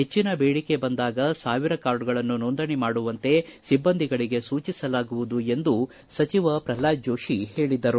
ಹೆಚ್ಚನ ಬೇಡಿಕೆ ಬಂದಾಗ ಸಾವಿರ ಕಾರ್ಡುಗಳನ್ನು ನೊಂದಣಿ ಮಾಡುವಂತೆ ಸಿಬ್ಬಂದಿಗಳಿಗೆ ಸೂಚಿಸಲಾಗುವುದು ಎಂದು ಸಚಿವ ಪ್ರಲ್ವಾದ ಜೋಶಿ ಹೇಳಿದರು